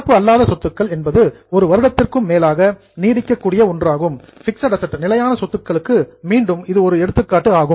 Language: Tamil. நடப்பு அல்லாத சொத்துக்கள் என்பது ஒரு வருடத்திற்கும் மேலாக நீடிக்கக் கூடிய ஒன்றாகும் பிக்ஸட் அசெட்ஸ் நிலையான சொத்துக்களுக்கு மீண்டும் இது ஒரு முக்கிய எடுத்துக்காட்டு ஆகும்